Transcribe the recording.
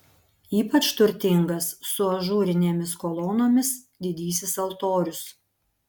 ypač turtingas su ažūrinėmis kolonomis didysis altorius